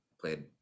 played